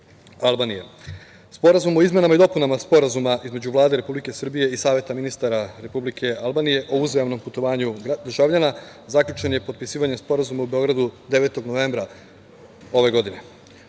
Albanije. Sporazum o izmenama i dopunama Sporazuma između Vlade Republike Srbije i Saveta ministara Republike Albanije o uzajamnom putovanju državljana zaključen je potpisivanjem Sporazuma u Beogradu 9. novembra ove